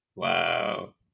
Wow